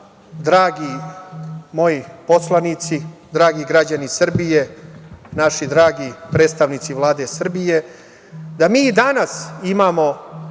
dragi moji poslanici, dragi građani Srbije, naši dragi predstavnici Vlade Srbije, da mi danas imamo